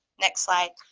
next slide.